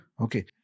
Okay